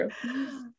true